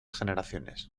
generaciones